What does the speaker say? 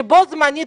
שבו זמנית,